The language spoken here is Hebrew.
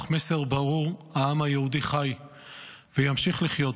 מסר ברור: העם היהודי חי וימשיך לחיות.